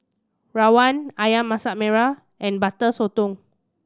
rawon Ayam Masak Merah and Butter Sotong